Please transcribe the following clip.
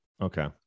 okay